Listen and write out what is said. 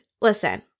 listen